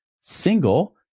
single